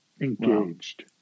engaged